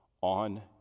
on